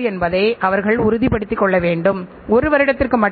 விற்பனையில் இரண்டு வகைகள் உள்ளன ஒன்று